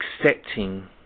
accepting